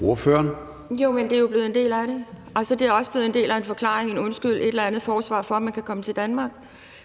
(DF): Jo, det er jo blevet en del af det. Altså, det er også blevet en del af forklaringen på og et eller andet forsvar for, at man kommer til Danmark.